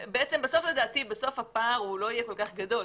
בסוף הפער לא יהיה כל כך גדול.